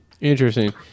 Interesting